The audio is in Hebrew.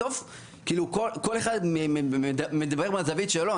בסוף כל אחד מדבר מהזווית שלו.